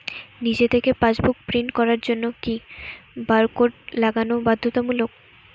নিজে থেকে passbook print করার জন্য কি বারকোড লাগানো বাধ্যতামূলক?